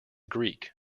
greek